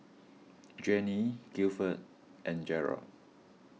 Jenny Guilford and Garold